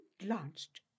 glanced